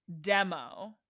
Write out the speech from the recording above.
demo